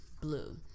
blue